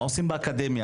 מה עושים באקדמיה,